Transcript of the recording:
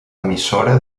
emissora